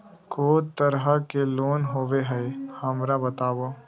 को तरह के लोन होवे हय, हमरा बताबो?